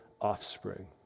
offspring